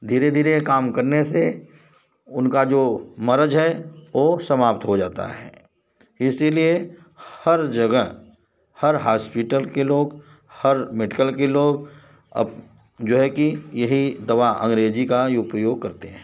धीरे धीरे काम करने से उनका जो मर्ज़ है ओ समाप्त हो जाता है इसीलिए हर जगह हर हास्पीटल के लोग हर मेडकल के लोग अब जो है कि यही दवा अंग्रेज़ी का ही उपयोग करते हैं